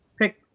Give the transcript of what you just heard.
pick